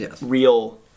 real